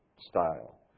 style